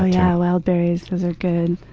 yeah, wild berries, those are good.